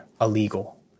illegal